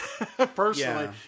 personally